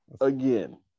Again